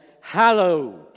Hallowed